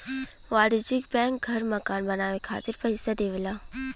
वाणिज्यिक बैंक घर मकान बनाये खातिर पइसा देवला